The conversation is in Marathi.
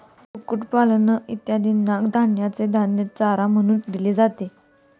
कुक्कुटपालन इत्यादींना धान्याचे धान्य चारा म्हणून दिले जाते